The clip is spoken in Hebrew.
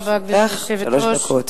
לרשותך שלוש דקות.